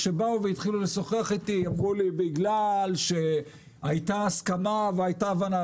כשהתחילו לשוחח אתי על זה אמרו לי שבגלל שהייתה הסכמה והייתה הבנה.